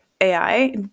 AI